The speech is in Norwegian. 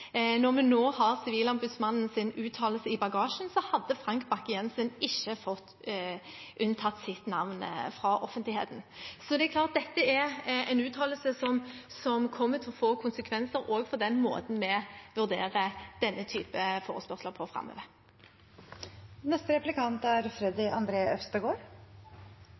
når vi nå har Sivilombudsmannens uttalelse i bagasjen, hadde Frank Bakke-Jensen ikke fått unntatt sitt navn fra offentligheten. Så det er klart at dette er en uttalelse som kommer til å få konsekvenser for den måten vi vurderer denne typen forespørsler på